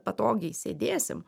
patogiai sėdėsim